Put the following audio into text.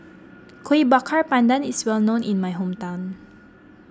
Kuih Bakar Pandan is well known in my hometown